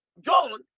John